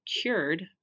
cured